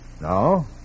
No